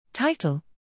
Title